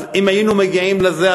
אז אם היינו מגיעים לזה,